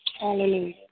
Hallelujah